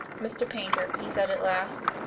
mr. paynter, he said at last,